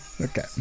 Okay